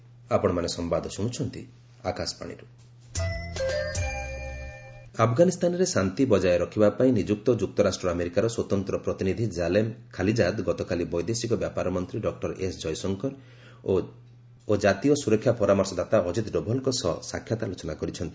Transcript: ଖାଲିଜା ଜୟଶଙ୍କର ଆଫ୍ଗାନିସ୍ତାନରେ ଶାନ୍ତି ବଜାୟ ରଖିବା ପାଇଁ ନିଯୁକ୍ତ ଯୁକ୍ତରାଷ୍ଟ୍ର ଆମେରିକାର ସ୍ୱତନ୍ତ୍ର ପ୍ରତିନିଧି ଜାଲମେ ଖାଲିଜାଦ୍ ଗତକାଲି ବୈଦେଶିକ ବ୍ୟାପାର ମନ୍ତ୍ରୀ ଡକ୍ଟର ଏସ୍ ଜୟଶଙ୍କର ଓ ଜାତୀୟ ସୁରକ୍ଷା ପରାମର୍ଶଦାତା ଅଜିତ ଡୋଭାଲଙ୍କ ସହ ସାକ୍ଷାତ ଆଲୋଚନା କରିଛନ୍ତି